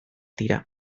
dira